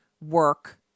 work